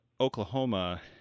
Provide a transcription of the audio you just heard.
Oklahoma